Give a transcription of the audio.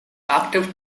active